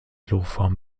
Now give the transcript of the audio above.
chloroform